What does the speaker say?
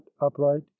upright